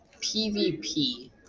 PvP